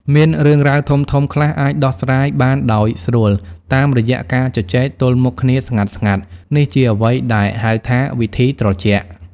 មានរឿងរ៉ាវធំៗខ្លះអាចដោះស្រាយបានដោយស្រួលតាមរយៈការជជែកទល់មុខគ្នាស្ងាត់ៗ នេះជាអ្វីដែល ហៅថា វិធីត្រជាក់